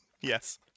Yes